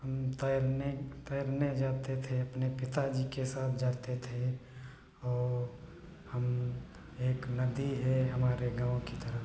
हम तैरने तैरने जाते थे अपने पिता जी के साथ जाते थे और हम एक नदी है हमारे गाँव की तरफ़